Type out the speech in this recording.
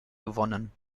gewonnen